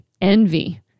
envy